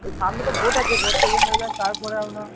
এই সামনে তো ভোট আছে ভোটটা ইয়ে হয়ে যাক তারপরে আপনারা